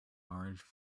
orange